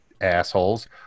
assholes